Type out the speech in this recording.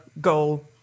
goal